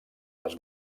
les